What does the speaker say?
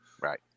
right